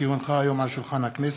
כי הונחה היום על שולחן הכנסת,